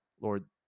Lord